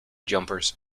jumpers